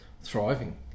thriving